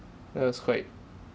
that was quite